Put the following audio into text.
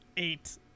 Eight